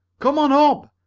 come on up!